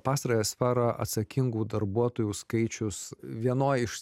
pastarąją sferą atsakingų darbuotojų skaičius vienoj iš